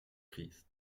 christ